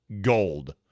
gold